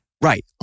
Right